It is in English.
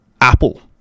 apple